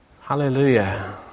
Hallelujah